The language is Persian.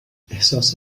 احساس